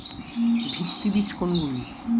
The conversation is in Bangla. ভিত্তি বীজ কোনগুলি?